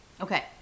Okay